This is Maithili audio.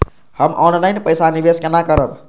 हम ऑनलाइन पैसा निवेश केना करब?